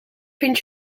vindt